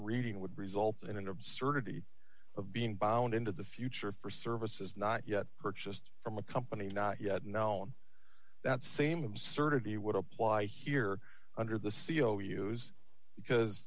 reading would result in an absurdity of being bound into the future for services not yet purchased from a company not yet known that same absurdity would apply here under the c e o use because